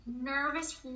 nervous